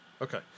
Okay